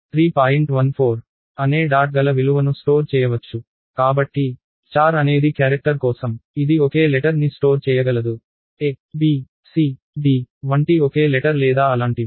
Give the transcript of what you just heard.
14 అనే డాట్ గల విలువను స్టోర్ చేయవచ్చు కాబట్టి చార్ అనేది క్యారెక్టర్ కోసం ఇది ఒకే లెటర్ ని స్టోర్ చేయగలదు a b c d వంటి ఒకే లెటర్ లేదా అలాంటివి